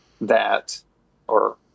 that—or